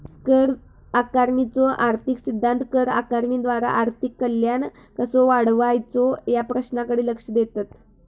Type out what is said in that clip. कर आकारणीचो आर्थिक सिद्धांत कर आकारणीद्वारा आर्थिक कल्याण कसो वाढवायचो या प्रश्नाकडे लक्ष देतत